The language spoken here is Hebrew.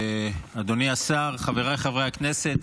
אדוני השר, חבריי חברי הכנסת,